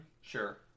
Sure